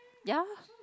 ya